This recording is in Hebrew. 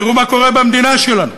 תראו מה קורה במדינה שלנו.